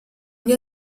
gli